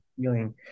feeling